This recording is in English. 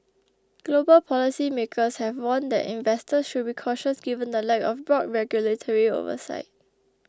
global policy makers have warned that investors should be cautious given the lack of broad regulatory oversight